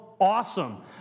awesome